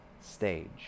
stage